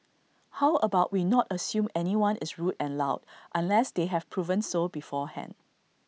how about we not assume anyone is rude and loud unless they have proven so beforehand